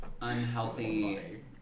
unhealthy